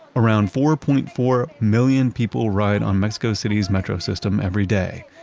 around four point four million people ride on mexico city's metro system every day,